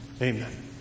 Amen